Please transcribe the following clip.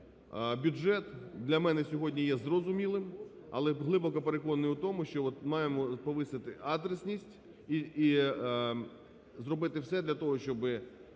бюджет для мене сьогодні є зрозумілим, але глибоко переконаний у тому, що от маємо повисити адресність і зробити все для того, щоби